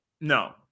No